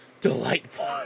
delightful